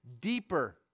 deeper